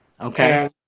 Okay